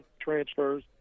transfers